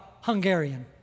Hungarian